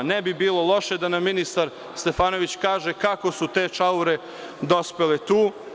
Ne bi bilo loše da nam ministar Stefanović kaže kako su te čaure dospele tu?